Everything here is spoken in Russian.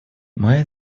моя